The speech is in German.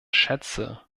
schätze